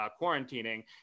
quarantining